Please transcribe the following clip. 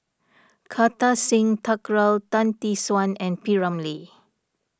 Kartar Singh Thakral Tan Tee Suan and P Ramlee